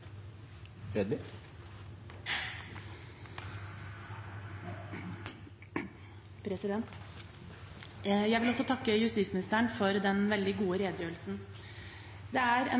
en